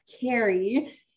carry